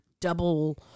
double